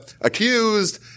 accused